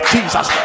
Jesus